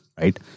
right